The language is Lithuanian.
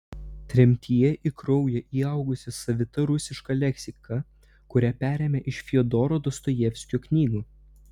tremtyje į kraują įaugusi savita rusiška leksika kurią perėmė iš fiodoro dostojevskio knygų